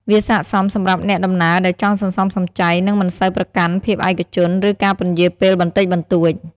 វាស័ក្តិសមសម្រាប់អ្នកដំណើរដែលចង់សន្សំសំចៃ និងមិនសូវប្រកាន់ភាពឯកជន ឬការពន្យារពេលបន្តិចបន្តួច។